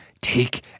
take